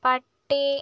പട്ടി